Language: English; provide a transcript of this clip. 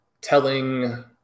telling –